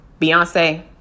Beyonce